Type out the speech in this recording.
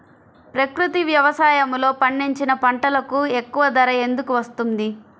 ప్రకృతి వ్యవసాయములో పండించిన పంటలకు ఎక్కువ ధర ఎందుకు వస్తుంది?